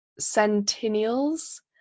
centennials